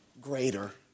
greater